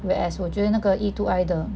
whereas 我觉得那个 E two I 的